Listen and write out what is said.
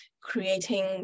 creating